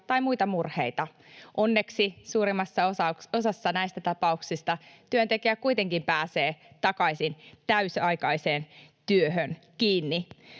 tai muita murheita. Onneksi suurimmassa osassa näistä tapauksista työntekijä kuitenkin pääsee takaisin täysiaikaiseen työhön kiinni.